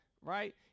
Right